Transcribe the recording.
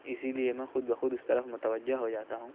اسی لیے میں خود بخود اس طرف متوجہ ہو جاتا ہوں